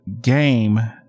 game